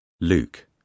Luke